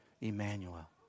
Emmanuel